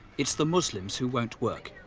it's the muslims who won't work.